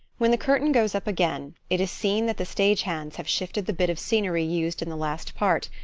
when the curtain goes up again, it is seen that the stage hands have shifted the bit of scenery used in the last part,